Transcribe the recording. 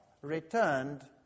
returned